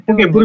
Okay